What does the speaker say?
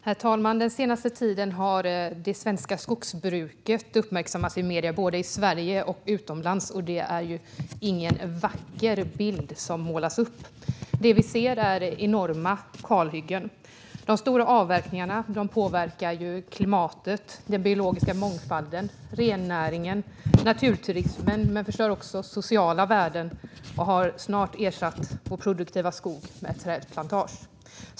Herr talman! Den senaste tiden har det svenska skogsbruket uppmärksammats i medierna i Sverige och utomlands. Det är ingen vacker bild som målas upp. Det vi ser är enorma kalhyggen. De stora avverkningarna påverkar klimatet, den biologiska mångfalden, rennäringen och naturturismen, och de förstör också sociala värden. Snart har vår produktiva skog ersatts med trädplanteringar.